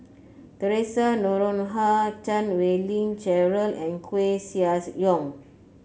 Theresa Noronha Chan Wei Ling Cheryl and Koeh Sia Yong